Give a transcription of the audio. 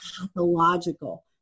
pathological